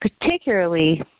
particularly